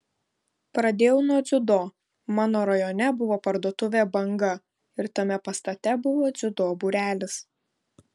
pradėjau nuo dziudo mano rajone buvo parduotuvė banga ir tame pastate buvo dziudo būrelis